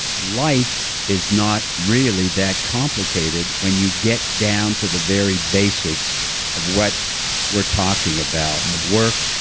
life is not really that complicated when you get down to the very basics of what we're talking about and of work,